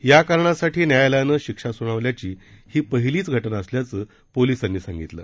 या कारणासाठी न्यायालयाने शिक्षा सुनावल्याची ही पहिलीच घटना असल्याचं पोलीसांनी सांगितलं